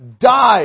died